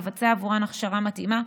לבצע הכשרה מתאימה,